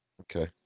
Okay